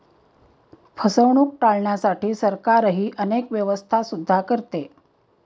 फसवणूक टाळण्यासाठी सरकारही अनेक व्यवस्था सुद्धा करते